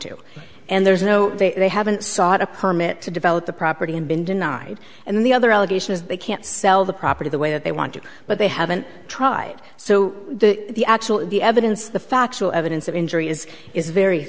to and there's no they haven't sought a permit to develop the property and been denied and the other allegation is they can't sell the property the way that they want to but they haven't tried so the actual the evidence the factual evidence of injury is is very